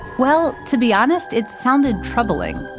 well, to be honest, it sounded troubling,